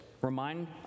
remind